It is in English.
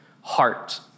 heart